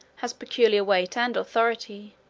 has peculiar weight and authority,